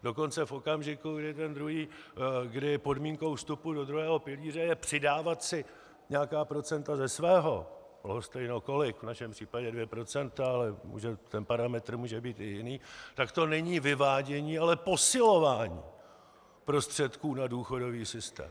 Dokonce v okamžiku, kdy je podmínkou vstupu do druhého pilíře přidávat si nějaká procenta ze svého, lhostejno kolik, v našem případě dvě procenta, ale ten parametr může být i jiný, tak to není vyvádění, ale posilování prostředků na důchodový systém.